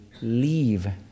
leave